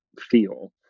feel